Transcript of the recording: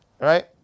Right